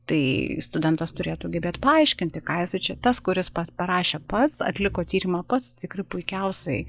tai studentas turėtų gebėt paaiškinti ką jisai čia tas kuris pa parašė pats atliko tyrimą pats tikrai puikiausiai